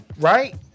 right